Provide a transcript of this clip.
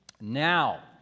Now